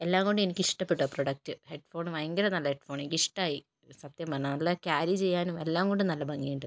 എല്ലാം കൊണ്ടും എനിക്ക് ഇഷ്ടപ്പെട്ടു ആ പ്രൊഡക്റ്റ് ഹെഡ് ഫോൺ ഭയങ്കര നല്ലൊരു ഹെഡ് ഫോൺ എനിക്ക് ഇഷ്ടമായി സത്യം പറഞ്ഞാൽ നല്ല ക്യാരി ചെയ്യാനും എല്ലാംകൊണ്ടും നല്ല ഭംഗിയുണ്ട്